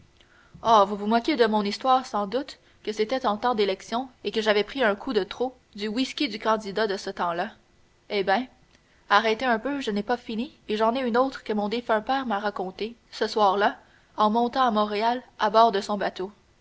ah vous vous moquez de mon histoire sans doute que c'était en temps d'élection et que j'avais pris un coup de trop du whisky du candidat de ce temps-là eh bien arrêtez un peu je n'ai pas fini et j'en ai une autre que mon défunt père m'a racontée ce soir-là en montant à montréal à bord de son bateau